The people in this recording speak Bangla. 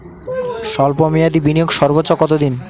স্বল্প মেয়াদি বিনিয়োগ সর্বোচ্চ কত দিন?